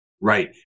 Right